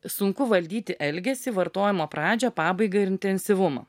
sunku valdyti elgesį vartojimo pradžią pabaigą ir intensyvumą